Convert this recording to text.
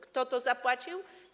Kto to zapłacił?